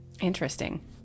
Interesting